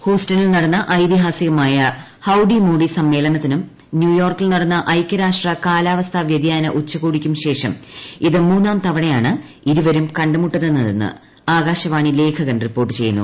ഹൂസ്റ്റണിൽ നടന്ന ഐതിഹാസികമായ ഹൌഡി മോഡി സമ്മേളനത്തിനും ന്യൂയോർക്കിൽ നടന്ന ഐകൃരാഷ്ട്ര കാലാവസ്ഥാ വൃതിയാന ഉച്ചകോടിക്കും ശേഷം ഇത് മൂന്നാം തവണയാണ് ഇരുവരും കണ്ടുമുട്ടുന്നതെന്ന് ആകാശവാണി ലേഖകൻ റിപ്പോർട്ട് ചെയ്യുന്നു